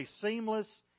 seamless